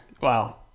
Wow